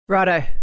Righto